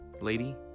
lady